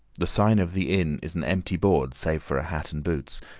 the sign of the inn is an empty board save for a hat and boots,